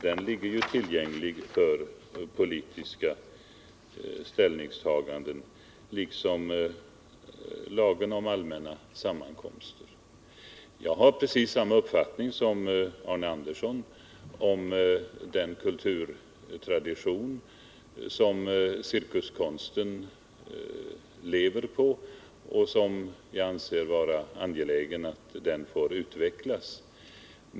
Den är tillgänglig för politiska ställningstaganden liksom lagen om allmänna sammankomster. Jag har precis samma uppfattning som Arne Andersson om den kulturtradition som cirkuskonsten lever på, och jag anser det angeläget att den får utvecklas.